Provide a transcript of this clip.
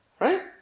Right